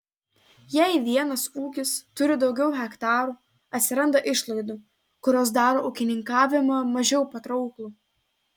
jei vienas ūkis turi daugiau hektarų atsiranda išlaidų kurios daro ūkininkavimą mažiau patrauklų